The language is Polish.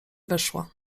weszła